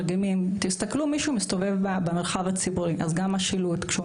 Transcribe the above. מי שמסתובב במרחב הציבורי יכול לראות שגם השילוט כשהוא